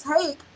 take